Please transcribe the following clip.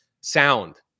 Sound